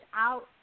out